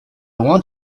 want